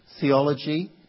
theology